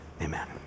Amen